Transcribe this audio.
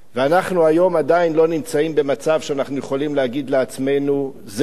היום אנחנו עדיין לא במצב שאנחנו יכולים להגיד לעצמנו: זהו,